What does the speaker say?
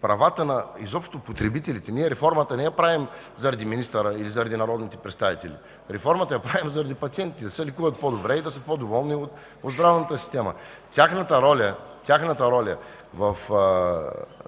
правата на потребителите изобщо. Ние реформата не я правим заради министъра или народните представители. Реформата я правим заради пациентите – да се лекуват по-добре и да са по-доволни от здравната система. Тяхната роля в